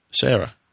Sarah